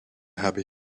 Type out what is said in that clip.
hebben